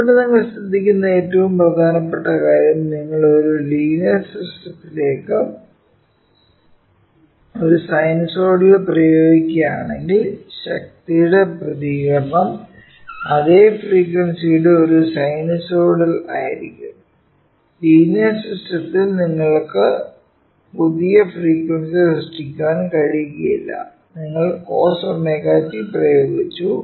ഇവിടെ നിങ്ങൾ ശ്രദ്ധിക്കുന്ന ഏറ്റവും പ്രധാനപ്പെട്ട കാര്യം നിങ്ങൾ ഒരു ലീനിയർ സിസ്റ്റത്തിലേക്ക് ഒരു സൈനസോയ്ഡൽ പ്രയോഗിക്കുക ആണെങ്കിൽ ശക്തിയുടെ പ്രതികരണം അതേ ഫ്രീക്വൻസിയുടെ ഒരു സിനോസോയ്ഡൽ ആയിരിക്കും ലീനിയർ സിസ്റ്റത്തിൽ നിന്ന് നിങ്ങൾക്ക് പുതിയ ഫ്രീക്വൻസി സൃഷ്ടിക്കാൻ കഴിയില്ല നിങ്ങൾ cos ω t പ്രയോഗിച്ചു